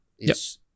Yes